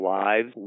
lives